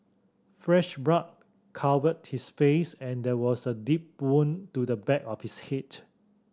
fresh blood covered his face and there was a deep wound to the back of his head